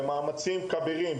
במאמצים כבירים,